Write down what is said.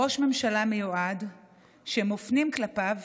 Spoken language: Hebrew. ראש ממשלה מיועד שמופנים כלפי